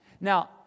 Now